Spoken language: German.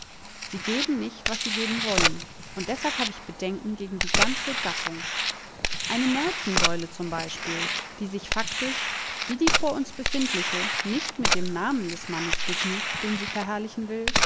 sie geben nicht was sie geben wollen und deshalb hab ich bedenken gegen die ganze gattung eine nelsonsäule z b die sich faktisch wie die vor uns befindliche nicht mit dem namen des mannes begnügt den sie verherrlichen will